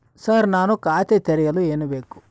Sir ನಾನು ಖಾತೆ ತೆರೆಯಲು ಏನು ಬೇಕು?